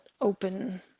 open